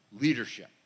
leadership